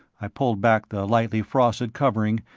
i pulled back the lightly frosted covering,